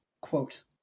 quote